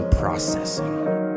processing